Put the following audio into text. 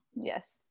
Yes